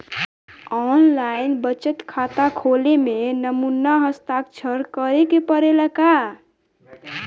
आन line बचत खाता खोले में नमूना हस्ताक्षर करेके पड़ेला का?